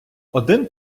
один